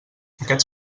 aquests